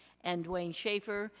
and dwayne schaeffer.